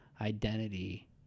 identity